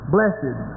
Blessed